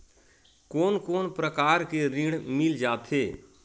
कोन कोन प्रकार के ऋण मिल जाथे?